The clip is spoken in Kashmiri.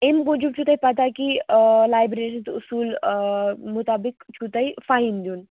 امہِ موٗجوٗب چھِ تۄہہِ پتاہ کہِ آ لایبرٔری ہُنٛد اصوٗل آ مُطٲبِق چھُ تۄہہِ فایِن دِیُن